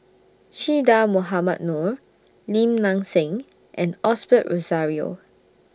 Che Dah Mohamed Noor Lim Nang Seng and Osbert Rozario